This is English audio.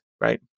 right